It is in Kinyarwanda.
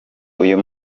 uyu